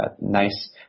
nice